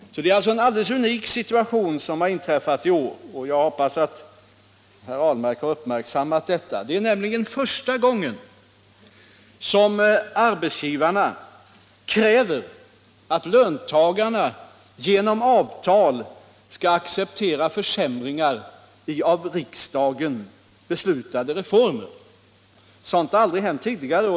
I år är situationen alltså helt unik, och jag hoppas att herr Ahlmark har uppmärksammat detta. Det är nämligen första gången som arbetsgivarna kräver att löntagarna genom avtal skall acceptera försämringar i av riksdagen beslutade reformer. Sådant har aldrig hänt tidigare.